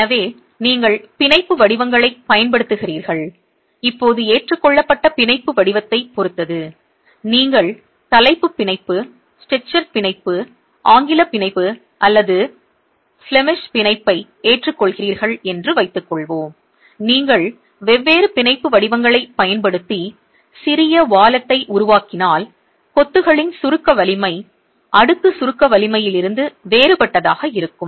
எனவே நீங்கள் பிணைப்பு வடிவங்களைப் பயன்படுத்துகிறீர்கள் இப்போது ஏற்றுக்கொள்ளப்பட்ட பிணைப்பு வடிவத்தைப் பொறுத்து நீங்கள் தலைப்புப் பிணைப்பு ஸ்ட்ரெச்சர் பிணைப்பு ஆங்கிலப் பிணைப்பு அல்லது ஃப்ளெமிஷ் பிணைப்பை ஏற்றுக்கொள்கிறீர்கள் என்று வைத்துக்கொள்வோம் நீங்கள் வெவ்வேறு பிணைப்பு வடிவங்களைப் பயன்படுத்தி சிறிய பணப்பையை உருவாக்கினால் கொத்துகளின் சுருக்க வலிமை அடுக்கு சுருக்க வலிமையிலிருந்து வேறுபட்டதாக இருக்கும்